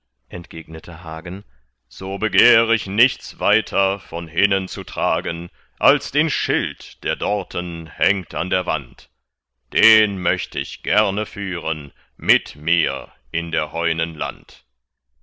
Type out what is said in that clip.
entgegnete hagen so begehr ich nichts weiter von hinnen zu tragen als den schild der dorten hängt an der wand den möcht ich gerne führen mit mir in der heunen land